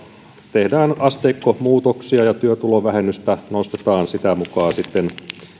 tehdään asteikkomuutoksia ja työtulovähennystä nostetaan sitä mukaa sitten